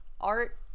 art